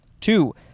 Two